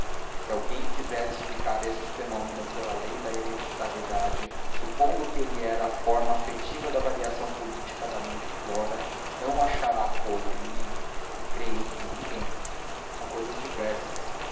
se alguém quiser explicar este fenômeno pela lei da hereditariedade supondo que ele era a forma afetiva da variação política da mãe de flora não achará apoio em mim e creio que em ninguém são cousas diversas